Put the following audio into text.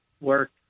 work